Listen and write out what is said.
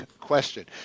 question